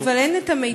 אבל אין את המידע,